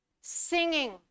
singing